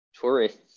tourists